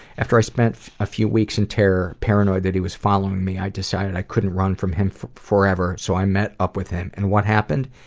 after i spent a few weeks in terror, paranoid, that he was following me, i decided i couldn't run from him forever so i met up with him. and what happened?